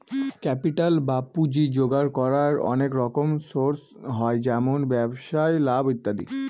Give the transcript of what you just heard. capital বা পুঁজি জোগাড় করার অনেক রকম সোর্স হয় যেমন ব্যবসায় লাভ ইত্যাদি